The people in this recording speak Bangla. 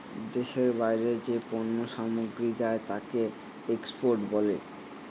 দেশের বাইরে যে পণ্য সামগ্রী যায় তাকে এক্সপোর্ট বলে